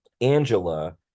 Angela